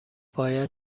باید